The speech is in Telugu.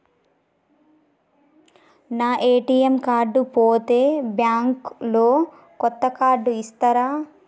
నా ఏ.టి.ఎమ్ కార్డు పోతే బ్యాంక్ లో కొత్త కార్డు ఇస్తరా?